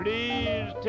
Please